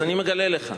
אז אני מגלה לך.